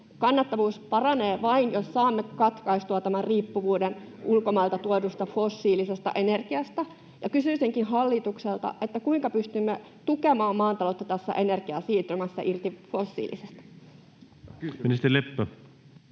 Kannattavuus paranee vain, jos saamme katkaistua tämän riippuvuuden ulkomailta tuodusta fossiilisesta energiasta. Kysyisinkin hallitukselta: kuinka pystymme tukemaan maataloutta tässä energiasiirtymässä irti fossiilisesta? Ministeri Leppä.